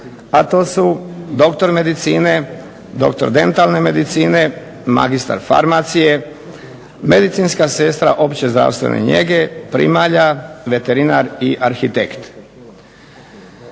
a to su doktor medicine, doktor dentalne medicine, magistar farmacije, medicinska sestra opće zdravstvene njege, primalja, veterinar i arhitekt.